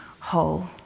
whole